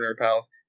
Pals